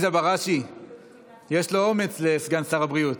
יש ערבים שרוצים להשתלב ורוצים להיות פה שווי זכויות,